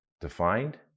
Defined